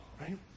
Right